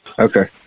Okay